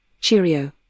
Cheerio